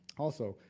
also,